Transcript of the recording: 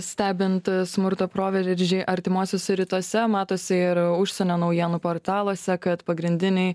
stebint smurto proveržį artimuosiuose rytuose matosi ir užsienio naujienų portaluose kad pagrindiniai